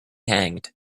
hanged